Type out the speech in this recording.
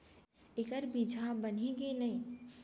एखर बीजहा बनही के नहीं?